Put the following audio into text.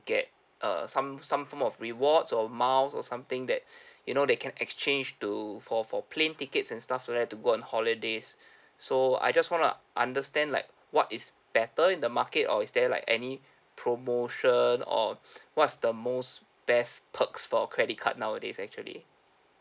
get uh some some form of rewards or miles or something that you know that can exchange to for for plane tickets and stuff like that to go on holidays so I just wanna understand like what is better in the market or is there like any promotion or what's the most best perks for credit card nowadays actually